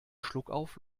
schluckauf